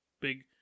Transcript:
big